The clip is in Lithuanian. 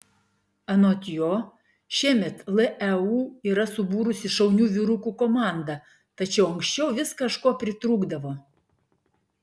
anot jo šiemet leu yra subūrusi šaunių vyrukų komandą tačiau anksčiau vis kažko pritrūkdavo